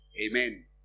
Amen